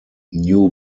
new